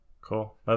Cool